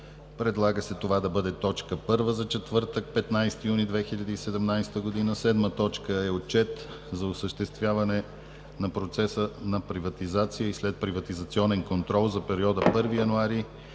Предлага се това да бъде точка първа за четвъртък, 15 юни 2017 г. 7. Отчет за осъществяване на процеса на приватизация и следприватизационен контрол за периода 1 януари